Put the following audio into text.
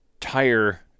tire